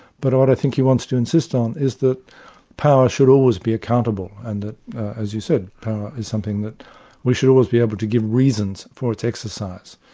but what i think he wants to insist on is that power should always be accountable, and that as you said, power is something that we should always be able to give reasons for its exercise.